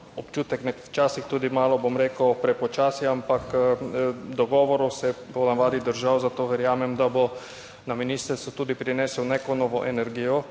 občutek včasih tudi malo, bom rekel, prepočasi, ampak dogovorov se je po navadi držal, zato verjamem, da bo na ministrstvu tudi prinesel neko novo energijo